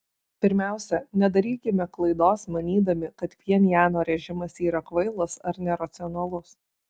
pirmiausia nedarykime klaidos manydami kad pchenjano režimas yra kvailas ar neracionalus